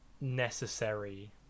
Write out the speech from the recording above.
necessary